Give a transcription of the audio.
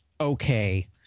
okay